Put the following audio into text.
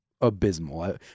abysmal